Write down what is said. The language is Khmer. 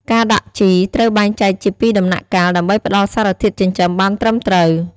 ការដាក់ជីត្រូវបែងចែកជាពីរដំណាក់កាលដើម្បីផ្តល់សារធាតុចិញ្ចឹមបានត្រឹមត្រូវ។